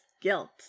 guilt